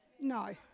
No